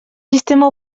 sistema